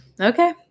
Okay